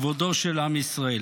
כבודו של עם ישראל.